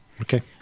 Okay